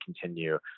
continue